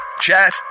Chat